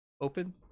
open